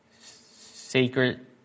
sacred